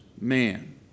man